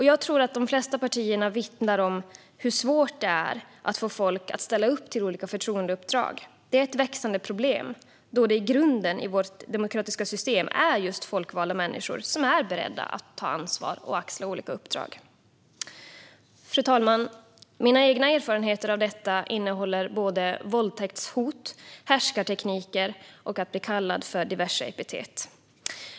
Jag tror att de flesta partier kan vittna om hur svårt det är att få folk att ställa upp på olika förtroendeuppdrag. Det är ett växande problem, då grunden i vårt demokratiska system är folkvalda människor som är beredda att ta ansvar och axla olika uppdrag. Fru talman! Mina egna erfarenheter av detta innehåller både våldtäktshot och härskartekniker och att bli kallad för diverse epitet.